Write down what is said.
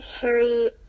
Harry